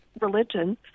religion